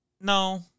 No